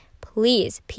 please